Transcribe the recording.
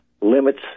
limits